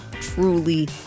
truly